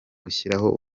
gushyiraho